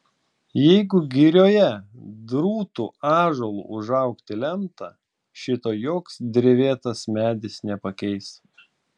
jeigu girioje drūtu ąžuolu užaugti lemta šito joks drevėtas medis nepakeis